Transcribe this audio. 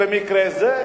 במקרה זה.